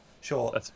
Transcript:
Sure